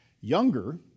Younger